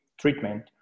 treatment